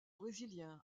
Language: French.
brésilien